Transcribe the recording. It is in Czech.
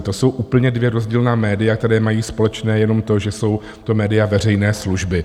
To jsou úplně dvě rozdílná média, která mají společné jenom to, že jsou to média veřejné služby.